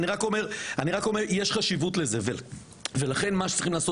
אני רק אומר שיש חשיבות לזה ולכן מה שצריך לעשות